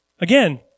Again